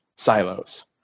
silos